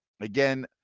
Again